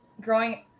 growing